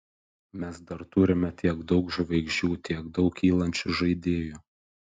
mes dar turime tiek daug žvaigždžių tiek daug kylančių žaidėjų